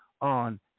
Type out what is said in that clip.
on